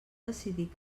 decidir